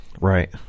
Right